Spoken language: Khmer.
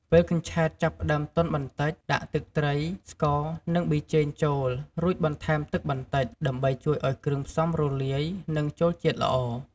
ពេលកញ្ឆែតចាប់ផ្តើមទន់បន្តិច ដាក់ ទឹកត្រី ស្ករ និង ប៊ីចេង ចូល រួចបន្ថែមទឹកបន្តិច ដើម្បីជួយឲ្យគ្រឿងផ្សំរលាយ និងចូលជាតិល្អ។